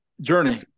Journey